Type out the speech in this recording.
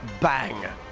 bang